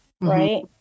Right